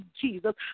Jesus